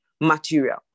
material